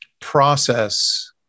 process